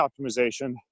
optimization